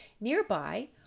Nearby